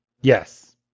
Yes